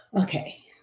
Okay